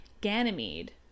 Ganymede